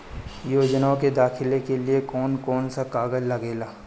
योजनाओ के दाखिले के लिए कौउन कौउन सा कागज लगेला?